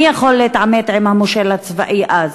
מי יכול להתעמת עם המושל הצבאי אז,